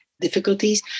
difficulties